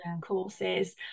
courses